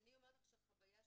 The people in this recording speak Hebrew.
אני אומרת לך שהחוויה שלנו,